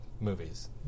movies